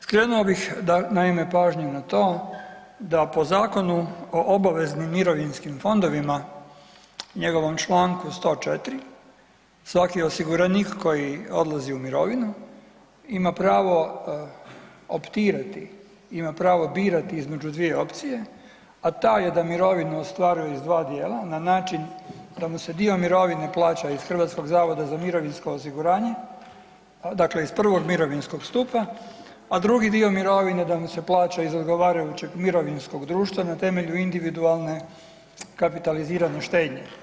Skrenuo bih naime pažnju na to da po Zakonu o obaveznim mirovinskim fondovima njegovom Članku 104. svaki osiguranik koji odlazi u mirovinu ima pravo optirati, ima pravo birati između dvije opcije, a ta je da mirovinu ostvaruju iz dva dijela na način da mu se dio mirovine plaća iz HZMO-a, dakle iz prvog mirovinskog stupa, a drugi dio mirovine da mu se plaća iz odgovarajućeg mirovinskog društva na temelju individualne kapitalizirane štednje.